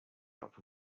upper